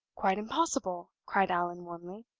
quite impossible! cried allan, warmly.